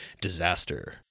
disaster